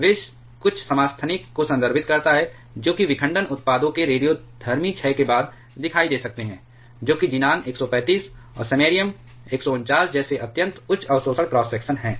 विष कुछ समस्थानिक को संदर्भित करता है जो कि विखंडन उत्पादों के रेडियोधर्मी क्षय के बाद दिखाई दे सकते हैं जो कि ज़ीनान 135 और समैरियम 149 जैसे अत्यंत उच्च अवशोषण क्रॉस सेक्शन है